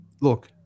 Look